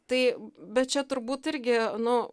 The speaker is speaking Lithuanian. tai bet čia turbūt irgi nu